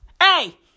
Hey